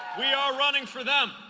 we are running for them.